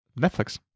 Netflix